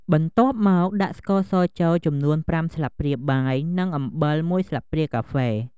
បន្ទាប់់មកដាក់ស្ករស ចូលចំនួន៥ស្លាបព្រាបាយ និងអំបិល១ស្លាបព្រាកាហ្វេ។